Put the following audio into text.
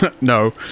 no